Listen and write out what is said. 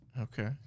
Okay